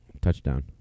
Touchdown